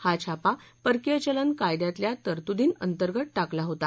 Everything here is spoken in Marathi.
हा छापा परकीय चलन कायद्यातल्या तरतुदींअंतर्गत टाकला होता